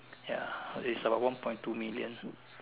ya is about one point two million